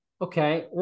Okay